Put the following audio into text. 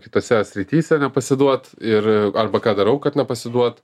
kitose srityse nepasiduot ir arba ką darau kad nepasiduot